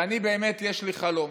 שבאמת יש לי חלום,